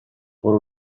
por